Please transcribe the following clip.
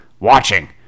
watching